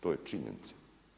To je činjenica.